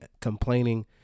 complaining